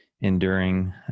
enduring